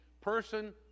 person